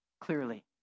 clearly